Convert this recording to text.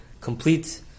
complete